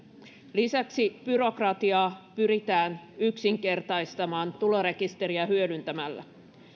lisäksi byrokratiaa pyritään yksinkertaistamaan tulorekisteriä hyödyntämällä